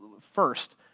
first